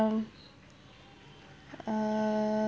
um uh